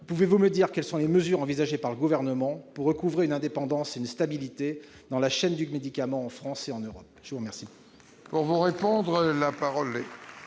pouvez-vous me dire quelles mesures envisage le Gouvernement pour recouvrer une indépendance et une stabilité dans la chaîne du médicament en France et en Europe ?